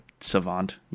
savant